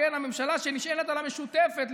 הממשלה שנשענת על המשותפת,